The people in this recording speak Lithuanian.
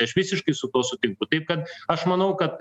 aš visiškai su tuo sutinku taip kad aš manau kad